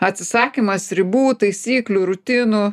atsisakymas ribų taisyklių rutinų